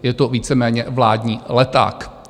Je to víceméně vládní leták.